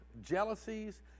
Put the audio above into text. jealousies